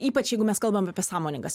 ypač jeigu mes kalbam apie sąmoningas